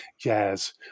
jazz